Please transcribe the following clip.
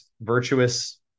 virtuous